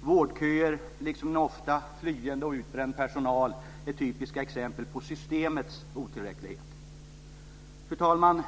vårdköer liksom den ofta flyende och utbrända personalen är typiska exempel på systemets otillräcklighet. Fru talman!